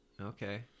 okay